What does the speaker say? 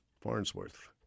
Farnsworth